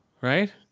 Right